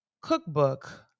cookbook